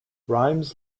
rhymes